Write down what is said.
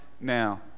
now